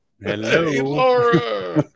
Hello